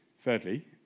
Thirdly